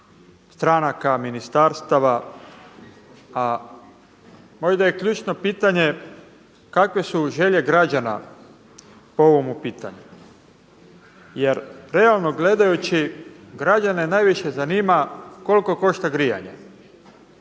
stranaka, ministarstava, a možda je ključno pitanje kakve su želje građana po ovomu pitanju jer realno gledajući građane najviše zanima koliko košta grijanje.